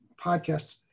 podcast